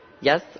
yes